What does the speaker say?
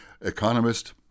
Economist